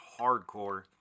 hardcore